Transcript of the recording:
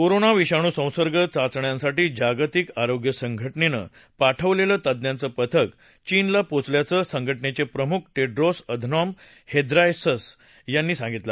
corona विषाणूसंसर्ग चाचण्यांसाठी जागतिक आरोग्य संघटनेनं पाठवलेलं तज्ञांचं पथक चीनला पोचल्याचं संघटनेचे प्रमुख टेड्रोस अधनॉम हेद्रायसस यांनी सांगितलं